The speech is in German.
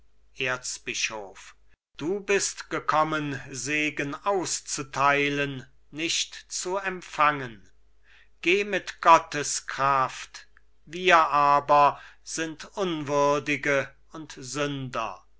erzbischof du bist gekommen segen auszuteilen nicht zu empfangen geh mit gottes kraft wir aber sind unwürdige und sünder